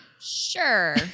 sure